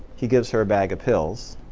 he gives her a bag of pills.